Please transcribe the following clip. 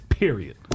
Period